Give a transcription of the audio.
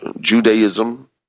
Judaism